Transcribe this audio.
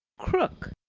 krook,